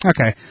Okay